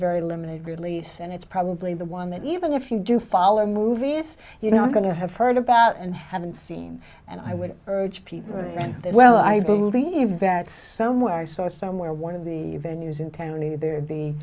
very limited release and it's probably the one that even if you do follow movies you know i'm going to have heard about and haven't seen and i would urge people to rent it well i believe that somewhere i saw it somewhere one of the venues in town either the